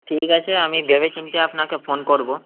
ঠিক আছে আমি ভেবেচিন্তে আপনাকে ফোন করব